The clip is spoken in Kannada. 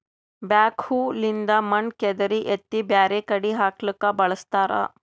ಬ್ಯಾಕ್ಹೊ ಲಿಂದ್ ಮಣ್ಣ್ ಕೆದರಿ ಎತ್ತಿ ಬ್ಯಾರೆ ಕಡಿ ಹಾಕ್ಲಕ್ಕ್ ಬಳಸ್ತಾರ